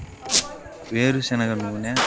వేరుశెనగ నూనె